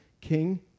king